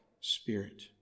spirit